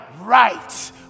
right